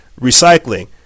recycling